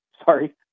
sorry